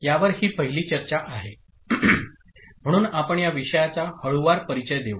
यावर ही पहिली चर्चा आहे म्हणून आपण या विषयाचा हळूवार परिचय देऊ